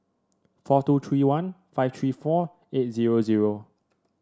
four two three one five three four eight zero zero